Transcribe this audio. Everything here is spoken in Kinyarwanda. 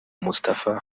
mustafa